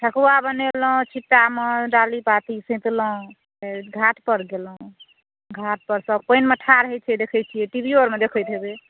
ठकुआ बनेलहुँ छीट्टामे डाली बाती सैतलहुंँ फेर घाट पर गेलहुँ घाट पर सभ पानिमे ठाढ़ होइ छै देखए छिऐ टी वी आरमे देखैत हेबए